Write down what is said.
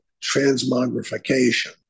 transmogrification